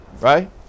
Right